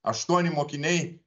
aštuoni mokiniai